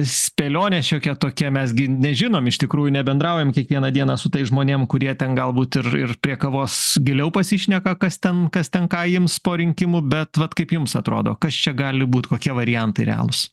spėlione šiokia tokia mes gi nežinom iš tikrųjų nebendraujam kiekvieną dieną su tais žmonėm kurie ten galbūt ir ir prie kavos giliau pasišneka kas ten kas ten ką ims po rinkimų bet vat kaip jums atrodo kas čia gali būt kokie variantai realūs